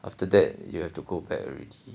after that you have to go back already